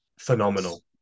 phenomenal